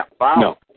No